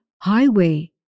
highway